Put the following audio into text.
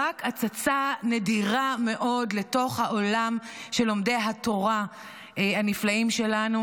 רק הצצה נדירה מאוד לתוך העולם של לומדי התורה הנפלאים שלנו,